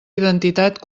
identitat